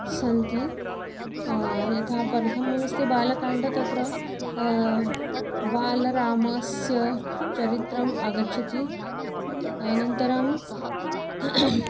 सन्ति यथा प्रथममस्ति बालकाण्डं तत्र बालरामस्य चरित्रम् आगच्छति अनन्तरं